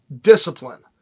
discipline